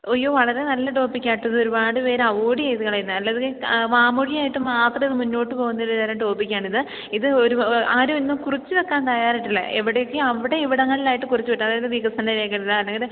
ഒയ്യോ വളരെ നല്ല ടോപ്പിക്കാണ് കേട്ടോ ഇതൊരുപാട് പേർ അവോയ്ഡ് ചെയ്ത് കളയുന്നതാ അല്ലതിനെ വാമൊഴിയായിട്ട് മാത്രം ഇത് മുന്നോട്ട് പോവുന്ന ഒരു തരം ടോപ്പിക്കാണിത് ഇത് ഒരു ആരും ഒന്നും കുറിച്ച് വെക്കാന് തയാറായിട്ടില്ല എവിടെയൊക്കെ അവിടെ ഇവിടങ്ങളിലായിട്ട് കുറിച്ച് വിട്ട് അതായത് വികസന രേഖകളിലോ അല്ലെങ്കിൽ